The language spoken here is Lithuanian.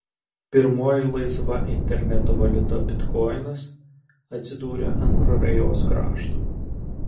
pirmoji laisva interneto valiuta bitkoinas atsidūrė ant prarajos krašto